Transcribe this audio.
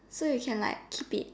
so you can like keep it